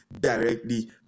directly